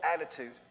attitude